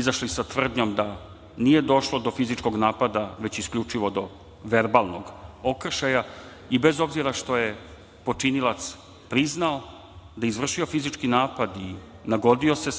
izašli sa tvrdnjom da nije došlo do fizičkog napada već isključivo do verbalnog okršaja. Bez obzira što je počinilac priznao da je izvršio fizički napad i nagodio se